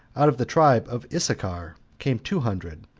out of the tribe of issachar came two hundred,